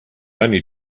only